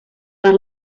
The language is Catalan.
per